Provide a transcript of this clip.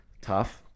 Tough